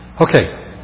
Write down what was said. Okay